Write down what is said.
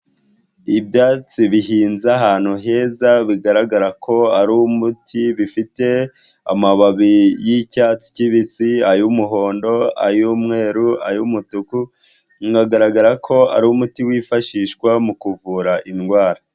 Ibyatsi bihinze ahantu heza bigaragara ko ari umuti bifite amababi y'icyatsi kibisi ay'umuhondo ay'umweru ay'umutuku, bigaragara ko ari umuti wifashishwa mu kuvura indwara.